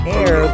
air